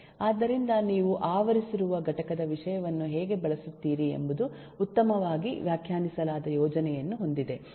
ಆದ್ದರಿಂದ ನೀವು ಆವರಿಸಿರುವ ಘಟಕದ ವಿಷಯವನ್ನು ಹೇಗೆ ಬಳಸುತ್ತೀರಿ ಎಂಬುದು ಉತ್ತಮವಾಗಿ ವ್ಯಾಖ್ಯಾನಿಸಲಾದ ಯೋಜನೆಯನ್ನು ಹೊಂದಿದೆ